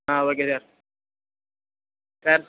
ah okay sir sir